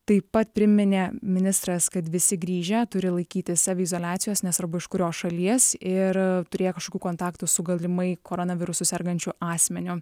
taip pat priminė ministras kad visi grįžę turi laikytis saviizoliacijos nesvarbu iš kurios šalies ir turėjo kažkokių kontaktų su galimai koronavirusu sergančiu asmeniu